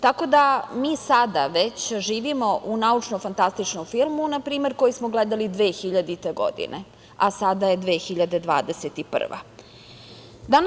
Tako da, mi sada već živimo u naučno-fantastičnom filmu npr. koji smo gledali 2000. godine, a sada je 2021. godina.